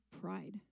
pride